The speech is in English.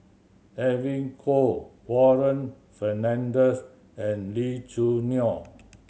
Edwin Koek Warren Fernandez and Lee Choo Neo